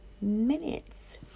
minutes